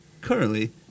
Currently